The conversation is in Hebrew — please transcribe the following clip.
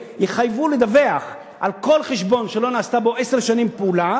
יחויבו לדווח בו על כל חשבון שלא נעשתה בו עשר שנים פעולה.